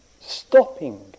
stopping